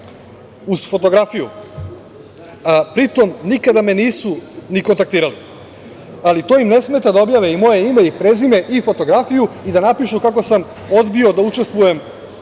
uz fotografiju, pri tom nikada me nisu ni kontaktirali, ali to im ne smeta da objave i moje ime i prezime i fotografiju i da napišu kako sam odbio da učestvujem